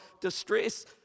distress